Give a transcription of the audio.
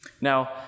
Now